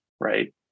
right